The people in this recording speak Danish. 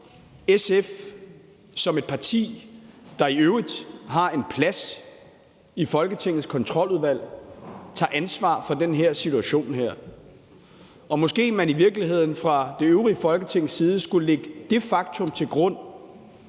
SF som et parti, der i øvrigt har en plads i Folketingets kontroludvalg, tager ansvar for den her situation. Og måske man i virkeligheden fra det øvrige Folketings side skulle lægge det faktum til grund